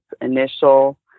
initial